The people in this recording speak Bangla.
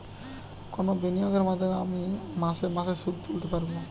কোন বিনিয়োগের মাধ্যমে আমি মাসে মাসে সুদ তুলতে পারবো?